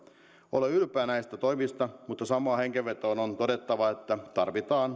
olen ylpeä näistä toimista mutta samaan hengenvetoon on todettava että tarvitaan